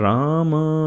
Rama